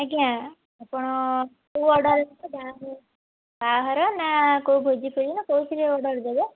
ଆଜ୍ଞା ଆପଣ କେଉଁ ଅର୍ଡ଼ର ବାହାଘର ବାହାଘର ନା କେଉଁ ଭୋଜିଫୋଜି ନା କେଉଁଥିରେ ଅର୍ଡ଼ର ଦେବେ